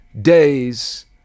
days